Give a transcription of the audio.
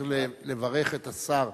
צריך לברך את השר